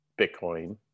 Bitcoin